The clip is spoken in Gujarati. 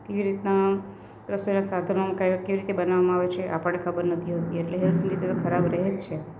એ રીતના રસોઈના સાધનો કયા કઈ રીતના બનાવવામાં આવે છે આપણને ખબર નથી હોતી એટલે હેલ્થની રીતે તો ખરાબ રહે છે